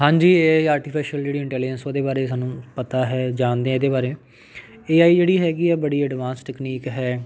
ਹਾਂਜੀ A I artificial ਜਿਹੜੀ intelligence ਉਹਦੇ ਬਾਰੇ ਸਾਨੂੰ ਪਤਾ ਹੈ ਜਾਣਦੇ ਹਾਂ ਇਹਦੇ ਬਾਰੇ ਏ ਆਈ ਜਿਹੜੀ ਹੈਗੀ ਆ ਬੜੀ ਐਡਵਾਂਸ ਟੈਕਨੀਕ ਹੈ